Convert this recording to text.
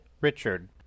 Richard